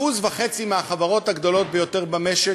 1.5% מהחברות הגדולות ביותר במשק,